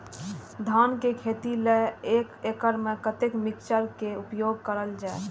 धान के खेती लय एक एकड़ में कते मिक्चर खाद के उपयोग करल जाय?